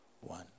one